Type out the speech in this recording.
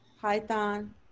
Python